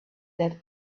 that